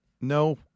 no